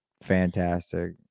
fantastic